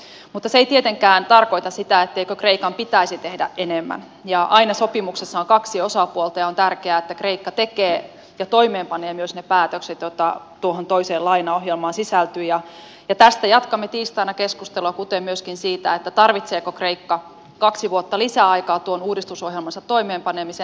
mutta se ei tietenkään tarkoita sitä etteikö kreikan pitäisi tehdä enemmän ja aina sopimuksessa on kaksi osapuolta ja on tärkeää että kreikka tekee ja toimeenpanee myös ne päätökset joita tuohon toiseen lainaohjelmaan sisältyy ja tästä jatkamme tiistaina keskustelua kuten myöskin siitä tarvitseeko kreikka kaksi vuotta lisäaikaa tuon uudistusohjelmansa toimeenpanemiseen